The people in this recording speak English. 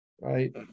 Right